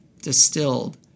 distilled